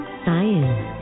science